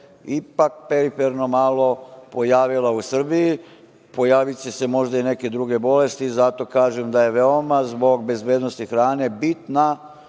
ipak periferno malo pojavila u Srbiji. Pojaviće se možda i neke druge bolesti, zato kažem da je veoma, zbog bezbednosti hrane, bitna